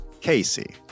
Casey